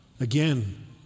Again